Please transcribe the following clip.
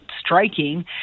striking